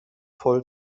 voll